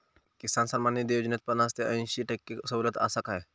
किसान सन्मान निधी योजनेत पन्नास ते अंयशी टक्के सवलत आसा काय?